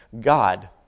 God